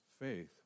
faith